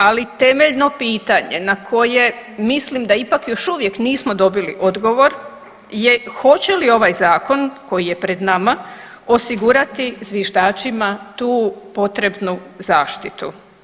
Ali temeljeno pitanje na koje mislim da ipak još uvijek nismo dobili odgovor je hoće li ovaj zakon koji je pred nama osigurati zviždačima tu potrebnu zaštitu.